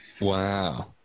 Wow